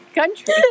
country